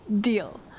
Deal